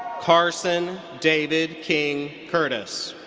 carson david king curtis.